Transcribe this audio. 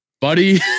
buddy